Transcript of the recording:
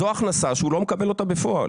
זו הכנסה שהוא לא מקבל אותה בפועל.